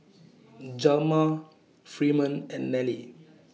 Hjalmar Freeman and Nelie